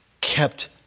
kept